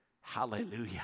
Hallelujah